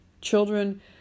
children